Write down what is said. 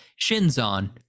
Shinzon